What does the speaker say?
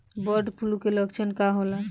Bird flu के लक्षण का होला?